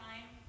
time